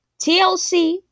TLC